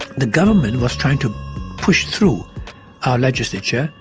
the government was trying to push through our legislature,